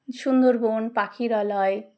সুন্দরবন পাখির আলয়